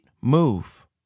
move